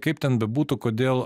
kaip ten bebūtų kodėl